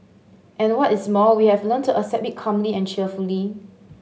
and what is more we have to learn to accept it calmly and cheerfully